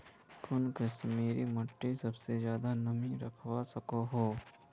कुन किस्मेर माटी सबसे ज्यादा नमी रखवा सको हो?